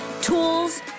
tools